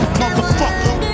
motherfucker